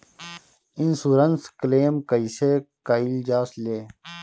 Insurance claim कइसे कइल जा ले?